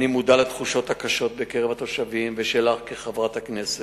אני מודע לתחושות הקשות בקרב התושבים ואצלך כחברת הכנסת.